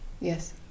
yes